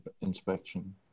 inspection